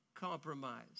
compromise